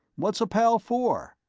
what's a pal for?